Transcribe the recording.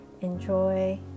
enjoy